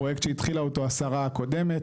פרויקט שהתחילה אותו השרה הקודמת,